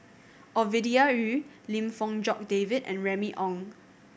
Ovidia Yu Lim Fong Jock David and Remy Ong